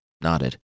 nodded